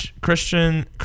Christian